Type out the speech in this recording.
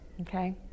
okay